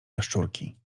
jaszczurki